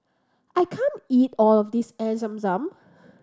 I can't eat all of this Air Zam Zam